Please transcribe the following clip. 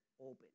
open